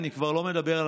אני מדבר על